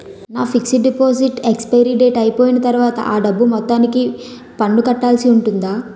నా fixed deposit expiry date అయిపోయిన తర్వాత అ డబ్బు మొత్తానికి పన్ను కట్టాల్సి ఉంటుందా?